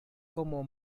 como